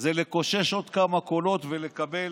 זה לקושש עוד כמה קולות ולקבל